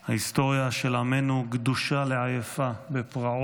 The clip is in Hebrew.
ההיסטוריה של עמנו גדושה לעייפה בפרעות,